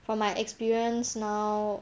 from my experience now